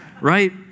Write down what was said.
right